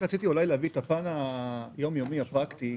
רציתי להביא את הפן היום-יומי, הפרקטי,